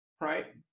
right